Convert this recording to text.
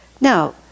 Now